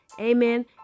Amen